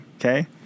Okay